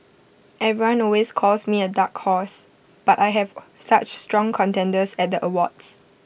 everyone always calls me A dark horse but I have such strong contenders at the awards